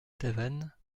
tavannes